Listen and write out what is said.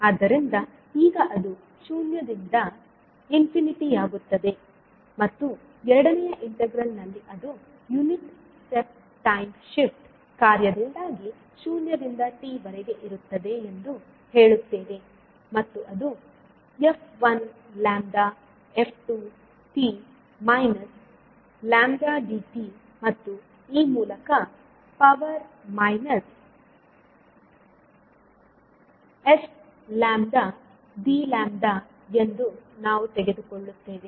ಆದ್ದರಿಂದ ಈಗ ಅದು ಶೂನ್ಯದಿಂದ ಇನ್ಫಿನಿಟಿ ಯಾಗುತ್ತದೆ ಮತ್ತು ಎರಡನೆಯ ಇಂಟಿಗ್ರಲ್ ನಲ್ಲಿ ಅದು ಯುನಿಟ್ ಸ್ಟೆಪ್ ಟೈಮ್ ಶಿಫ್ಟ್ ಕಾರ್ಯದಿಂದಾಗಿ ಶೂನ್ಯದಿಂದ t ವರೆಗೆ ಇರುತ್ತದೆ ಎಂದು ಹೇಳುತ್ತೇವೆ ಮತ್ತು ಅದು f 1 lambda f 2 t minus lambda dt ಮತ್ತು ಇ ಮೂಲಕ power minus s lambda d lambda ಎಂದು ನಾವು ತೆಗೆದುಕೊಳ್ಳುತ್ತೇವೆ